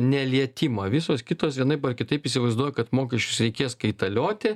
nelietimą visos kitos vienaip ar kitaip įsivaizduoja kad mokesčius reikės kaitalioti